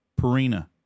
Perina